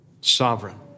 sovereign